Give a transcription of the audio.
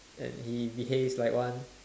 and he behave like one